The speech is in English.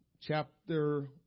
chapter